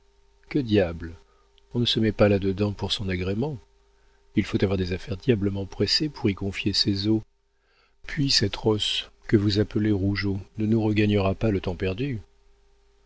que diable on ne se met pas là-dedans pour son agrément il faut avoir des affaires diablement pressées pour y confier ses os puis cette rosse que vous appelez rougeot ne nous regagnera pas le temps perdu